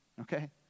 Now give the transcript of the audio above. okay